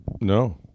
No